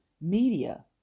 media